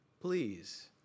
please